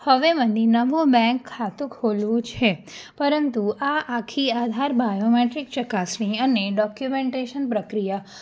હવે મને નવું બેન્ક ખાતું ખોલાવવું છે પરંતુ આ આખી આધાર બાયોમેટ્રિક ચકાસણી અને ડોક્યુમેન્ટેશન પ્રક્રિયા